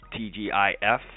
TGIF